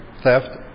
theft